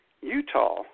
Utah